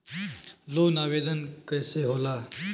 Loan आवेदन कैसे होला?